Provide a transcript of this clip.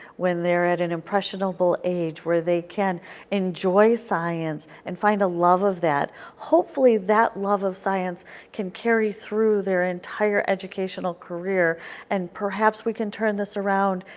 when they are at an impressionable age where they can enjoy science and find a love of that, hopefully that love of science can carry through their entire educational career and perhaps we can turn this around,